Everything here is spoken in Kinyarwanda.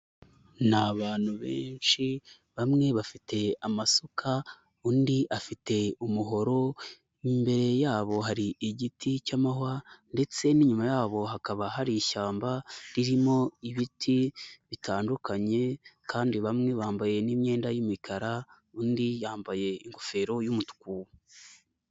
Ni abantu benshi bamwe bafite amasuka, undi afite umuhoro imbere yabo hari igiti cy'amahwa ndetse inyuma yabo hakaba hari ishyamba ririmo ibiti bitandukanye, kandi bamwe bambaye n'imyenda y'imikara undi yambaye ingofero y'umutuku.